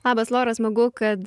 labas lora smagu kad